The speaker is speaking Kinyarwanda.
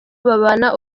babana